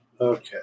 Okay